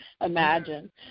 imagine